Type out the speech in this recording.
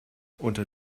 unter